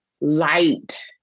light